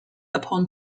upon